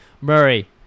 Murray